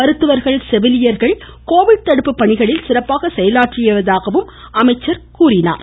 மருத்துவர்கள் செவிலியர்கள் கோவிட் தடுப்பு பணிகளில் சிறப்பாக செயலாற்றியதாகவும் அமைச்சர் கூறினார்